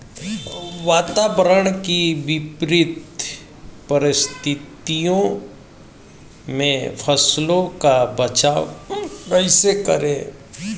वातावरण की विपरीत परिस्थितियों में फसलों का बचाव कैसे करें?